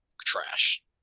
trash